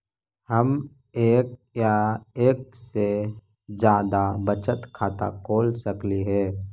हम एक या एक से जादा बचत खाता खोल सकली हे?